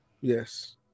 Yes